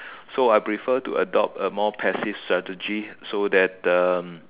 so I prefer to adopt a more passive strategy so that um